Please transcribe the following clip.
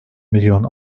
milyon